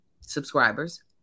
subscribers